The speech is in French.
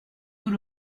tout